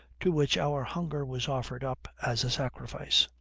to which our hunger was offered up as a sacrifice.